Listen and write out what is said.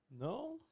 No